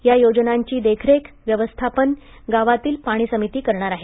या योजनांची देखरेख व्यवस्थापन गावातील पाणी समिती करणार आहे